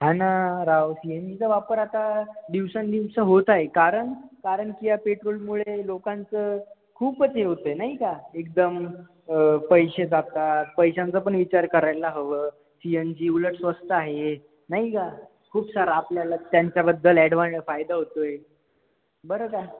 हा ना राव सी एन जीचा वापर आता दिवसेंदिवस होत आहे कारण कारण की या पेट्रोलमुळे लोकांचं खूपच हे होतं नाही का एकदम पैसे जातात पैशांचा पण विचार करायला हवा सी एन जी उलट स्वस्त आहे नाही का खूप सारं आपल्याला त्यांच्याबद्दल ॲडवान फायदा होतो आहे बरं का